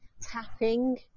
tapping